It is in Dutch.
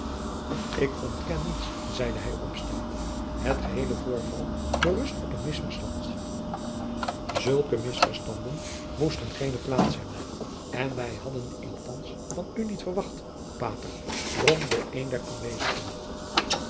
ik ontken niets zeide hij opstaande het geheele voorval berust op een misverstand zulke misverstanden moesten geene plaats hebben en wij hadden die althands van u niet verwacht pater bromde een der aanwezigen